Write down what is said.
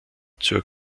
zur